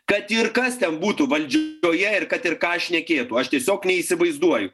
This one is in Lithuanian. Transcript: kad ir kas ten būtų valdžioje ir kad ir ką šnekėtų aš tiesiog neįsivaizduoju